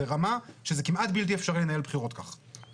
זה כמעט בלתי אפשרי לנהל בחירות כך.